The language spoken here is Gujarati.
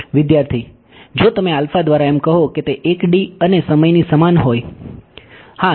વિદ્યાર્થી તો જો તમે આલ્ફા દ્વારા એમ કહો કે તે 1D અને સમયની સમાન હોય